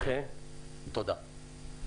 תודה.